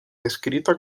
descrita